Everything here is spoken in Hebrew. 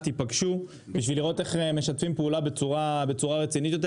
תפגשו בשביל לראות איך משתפים פעולה בצורה רצינית יותר.